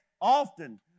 often